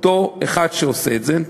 אותו אחד שעושה את זה,